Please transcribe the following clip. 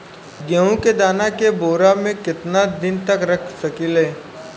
गेहूं के दाना के बोरा में केतना दिन तक रख सकिले?